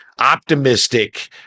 optimistic